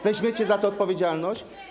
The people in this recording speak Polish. Weźmiecie za to odpowiedzialność?